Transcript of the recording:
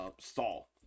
stall